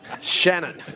shannon